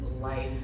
life